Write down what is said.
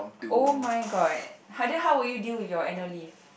oh-my-god ha~ then how would you deal with your annual leave